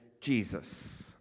Jesus